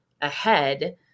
ahead